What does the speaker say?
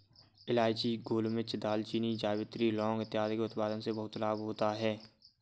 इलायची, गोलमिर्च, दालचीनी, जावित्री, लौंग इत्यादि के उत्पादन से बहुत लाभ होता है